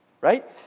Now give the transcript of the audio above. right